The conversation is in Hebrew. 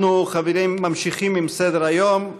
אנחנו, חברים, ממשיכים עם סדר-היום.